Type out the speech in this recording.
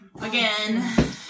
Again